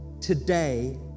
today